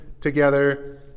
together